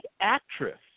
actress